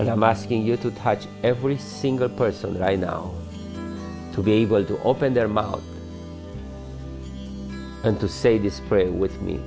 and i'm asking you to touch every single person that i know to be able to open their mouth and to say disparate with me